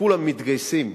כשכולם מתגייסים,